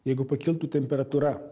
jeigu pakiltų temperatūra